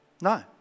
no